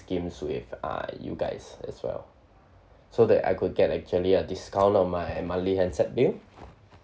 schemes with uh you guys as well so that I could get actually a discount on my monthly handset bill